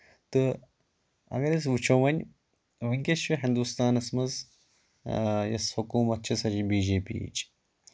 تہٕ اگر أسۍ وٕچھو وۄنۍ وٕنۍکٮ۪س چھِ ہِنٛدوستانَس منٛز یۄس حکوٗمَت چھِ سۄ چھِ بی جے پی یِچ